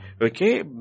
Okay